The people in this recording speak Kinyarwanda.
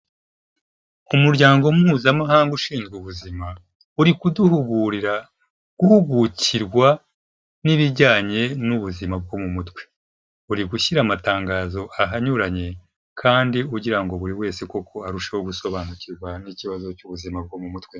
Umuryango mpuzamahanga ushinzwe ubuzima, uri kuduhugurira guhugukirwa n'ibijyanye n'ubuzima bwo mu mutwe, uri gushyira amatangazo ahanyuranye kandi ugira ngo buri wese koko arusheho gusobanukirwa n'ikibazo cy'ubuzima bwo mu mutwe.